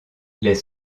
les